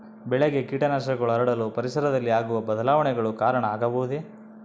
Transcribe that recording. ಬೆಳೆಗೆ ಕೇಟನಾಶಕಗಳು ಹರಡಲು ಪರಿಸರದಲ್ಲಿ ಆಗುವ ಬದಲಾವಣೆಗಳು ಕಾರಣ ಆಗಬಹುದೇ?